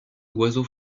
oiseau